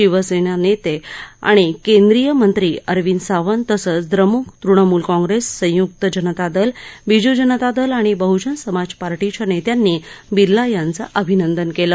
शिवसेने नेते आणि केंद्रीय मंत्री अरविंद सावंत तसंच द्रमुक तूणमुल काँप्रेस संयुक्त जनता दल बीजू जनता दल आणि बहुजन समाज पार्टीच्या नेत्यांनी बिर्ला यांचं अभिनंदन केलं